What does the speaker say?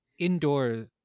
indoor